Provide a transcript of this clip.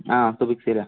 ആ അത് ഫിക്സ് ചെയ്യാം